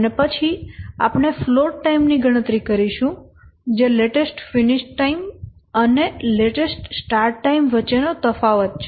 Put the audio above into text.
અને પછી આપણે ફ્લોટ ટાઇમ ની ગણતરી કરીશું જે લેટેસ્ટ ફિનિશ ટાઈમ અને લેટેસ્ટ સ્ટાર્ટ ટાઈમ વચ્ચેનો તફાવત છે